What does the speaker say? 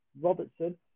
Robertson